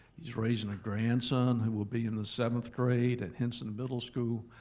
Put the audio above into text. he's raising a grandson who will be in the seventh grade at hinson middle school,